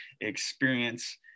experience